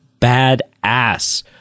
badass